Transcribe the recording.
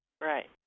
Right